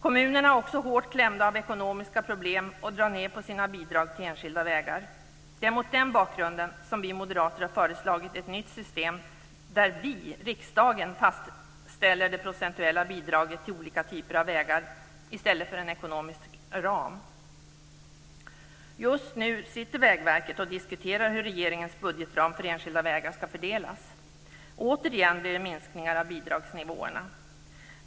Kommunerna är också hårt klämda av ekonomiska problem och drar ned på sina bidrag till enskilda vägar. Det är mot den bakgrunden som vi moderater har föreslagit ett nytt system, där riksdagen fastställer det procentuella bidraget till olika typer av vägar i stället för en ekonomisk ram. Just nu sitter Vägverket och diskuterar hur regeringens budgetram för enskilda vägar skall fördelas. Återigen blir det minskningar av bidragsnivåerna.